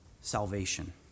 salvation